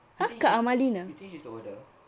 you think she's you think she's older